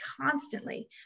constantly